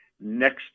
next